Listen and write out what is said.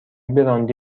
براندی